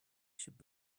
should